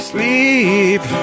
Sleep